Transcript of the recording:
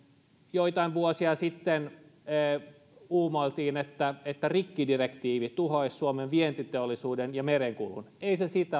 joitain vuosia sitten uumoiltiin että että rikkidirektiivi tuhoaisi suomen vientiteollisuuden ja merenkulun ei se sitä